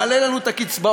מעלה לנו את הקצבאות